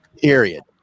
Period